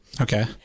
Okay